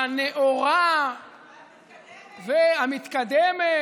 הנאורה, המתקדמת.